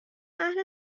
اهل